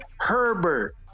Herbert